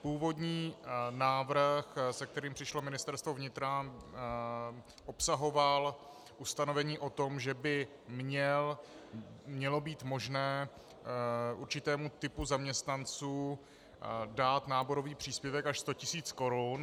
Původní návrh, se kterým přišlo Ministerstvo vnitra, obsahoval ustanovení o tom, že by mělo být možné určitému typu zaměstnanců dát náborový příspěvek až sto tisíc korun.